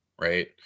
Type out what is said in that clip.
right